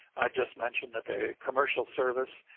i just mentioned that the commercial service,